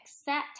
accept